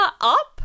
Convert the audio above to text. up